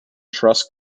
trust